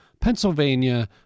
Pennsylvania